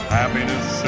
happiness